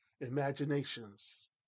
imaginations